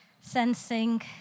sensing